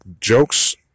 jokes